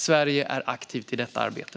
Sverige är aktivt i detta arbete.